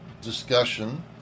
discussion